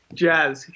jazz